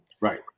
Right